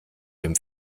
dem